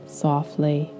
softly